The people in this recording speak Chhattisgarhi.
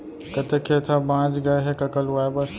कतेक खेत ह बॉंच गय हे कका लुवाए बर?